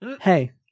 hey